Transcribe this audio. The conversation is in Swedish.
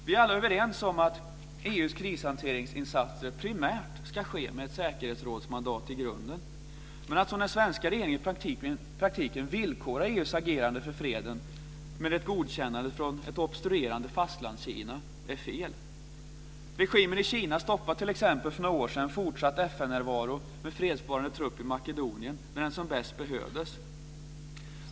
Vi är alla överens om att EU:s krishanteringsinsatser primärt ska ske med säkerhetsrådsmandat i grunden. Men att som den svenska regeringen i praktiken villkora EU:s agerande för freden till ett godkännande från ett obstruerande Fastlandskina är fel. Regimen i Kina stoppade t.ex. för några år sedan fortsatt FN-närvaro med fredsbevarande trupp i Makedonien när den som bäst behövdes.